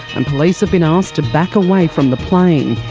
and police have been asked to back away from the plane.